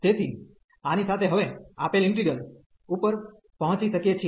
તેથી આની સાથે હવે આપેલ ઇન્ટિગ્રલ ઉપર પહોંચી શકીએ છીએ